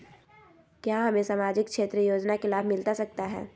क्या हमें सामाजिक क्षेत्र योजना के लाभ मिलता सकता है?